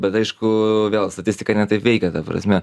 bet aišku vėl statistika ne taip veikia ta prasme